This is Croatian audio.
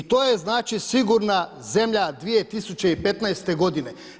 I to je znači, sigurna zemlja 2015. godine.